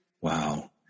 Wow